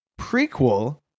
prequel